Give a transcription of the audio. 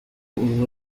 ubu